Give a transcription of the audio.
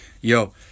Yo